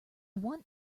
want